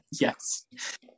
yes